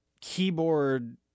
keyboard